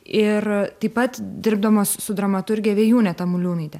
ir taip pat dirbdamos su dramaturge vėjūne tamuliūnaite